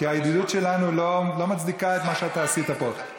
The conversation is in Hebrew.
כי הידידות שלנו לא מצדיקה את מה שאתה עשית פה.